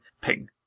ping